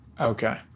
Okay